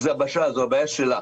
זבש"ה זו הבעיה שלה.